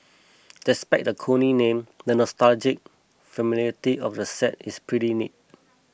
despite the corny name the nostalgic familiarity of the set is pretty neat